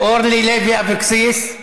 אורלי לוי אבקסיס,